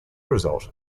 result